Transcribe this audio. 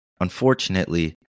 Unfortunately